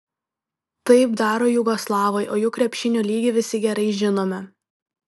taip daro jugoslavai o jų krepšinio lygį visi gerai žinome